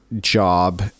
job